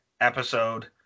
Episode